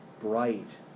bright